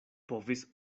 povis